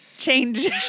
change